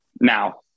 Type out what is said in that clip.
now